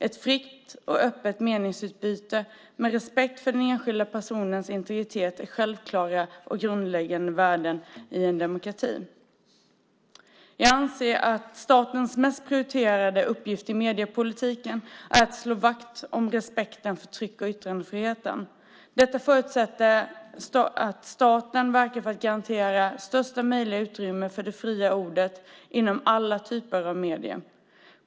Ett fritt och öppet meningsutbyte med respekt för den enskilda personens integritet är självklara och grundläggande värden i en demokrati. Vi anser att statens mest prioriterade uppgift i mediepolitiken är att slå vakt om respekten för tryck och yttrandefriheten. Detta förutsätter att staten verkar för att garantera största möjliga utrymme för det fria ordet inom alla typer av medier.